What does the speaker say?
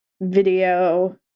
video